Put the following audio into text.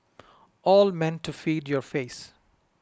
all meant to feed your face